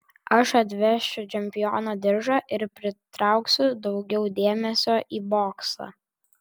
aš atvešiu čempiono diržą ir pritrauksiu daugiau dėmesio į boksą